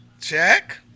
Check